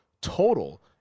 total